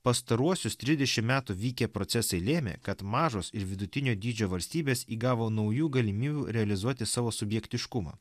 pastaruosius trisdešimt metų vykę procesai lėmė kad mažos ir vidutinio dydžio valstybės įgavo naujų galimybių realizuoti savo subjektiškumą